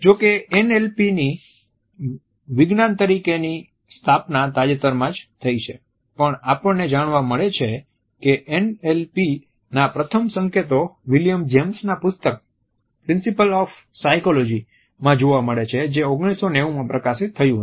જોકે NLP ની વિજ્ઞાન તરીકેની સ્થાપના તાજેતરમાં જ થઈ છે પણ આપણને જાણવા મળે છે કે NLP ના પ્રથમ સંકેતો વિલિયમ જેમ્સના પુસ્તક પ્રિન્સિપલ્સ ઓફ સાયકોલોજી માં જોવા મળે છે જે 1890 માં પ્રકાશિત થયું હતું